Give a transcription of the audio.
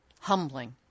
humbling